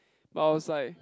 but I was like